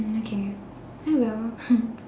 okay I will